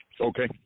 Okay